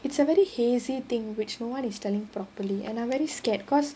it's a very hazy thing which nobody is telling properly and I'm very scared because